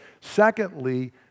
Secondly